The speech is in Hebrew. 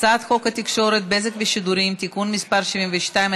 הצעת חוק התקשורת (בזק ושידורים) (תיקון מס' 72),